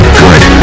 good